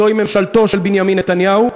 זוהי ממשלתו של בנימין נתניהו,